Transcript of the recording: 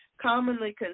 commonly